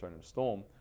storm